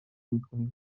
میکنیم